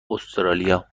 استرالیا